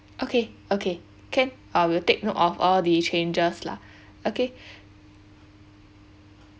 okay okay can I will take note of all the changes lah okay